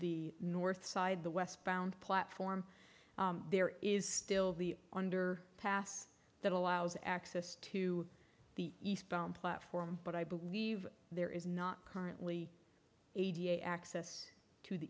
the north side the westbound platform there is still the under pass that allows access to the eastbound platform but i believe there is not currently access to the